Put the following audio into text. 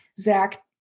Zach